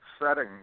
setting